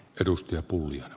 arvoisa puhemies